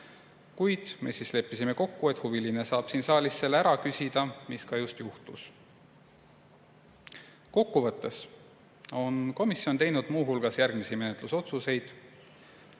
küsimata. Me leppisime kokku, et huviline saab siin saalis selle ära küsida, mis ka just juhtus. Kokkuvõtteks. Komisjon on teinud muu hulgas järgmised menetlusotsused.